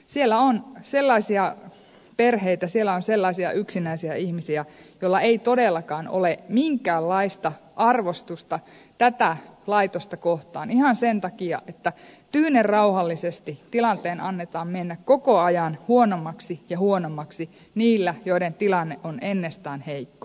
siellä on sellaisia perheitä siellä on sellaisia yksinäisiä ihmisiä joilla ei todellakaan ole minkäänlaista arvostusta tätä laitosta kohtaan ihan sen takia että tyynen rauhallisesti tilanteen annetaan mennä koko ajan huonommaksi ja huonommaksi niillä joiden tilanne on ennestään heikko